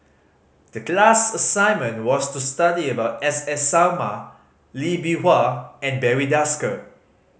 the class assignment was to study about S S Sarma Lee Bee Wah and Barry Desker